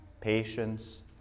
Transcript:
patience